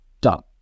done